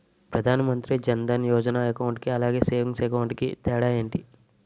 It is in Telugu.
ప్రధాన్ మంత్రి జన్ దన్ యోజన అకౌంట్ కి అలాగే సేవింగ్స్ అకౌంట్ కి తేడా ఏంటి?